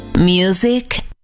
Music